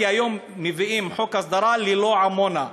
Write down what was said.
כי היום מביאים את חוק ההסדרה ללא עמונה.